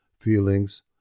feelings